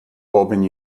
auburn